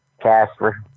Casper